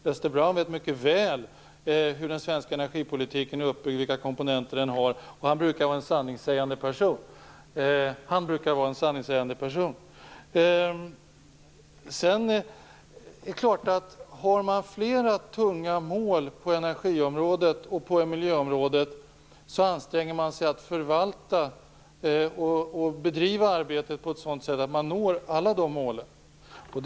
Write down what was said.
Lester Brown vet mycket väl hur den svenska energipolitiken är uppbyggd och vilka komponenter den har. Dessutom brukar han vara en sanningssägande person. Har man flera tunga mål på energi och miljöområdet anstränger man sig att förvalta och bedriva arbetet på ett sådant sätt att man når alla de målen.